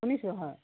শুনিছোঁ হয়